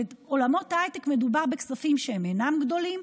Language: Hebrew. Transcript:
בעולמות ההייטק מדובר בכספים שהם אינם גדולים,